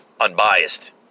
unbiased